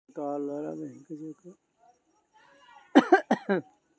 भारत ललकी मिरचाय के सबसं पैघ उत्पादक, उपभोक्ता आ निर्यातक छियै